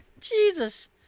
Jesus